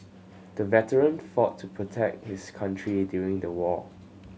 the veteran fought to protect his country during the war